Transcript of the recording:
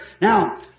now